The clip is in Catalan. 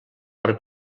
per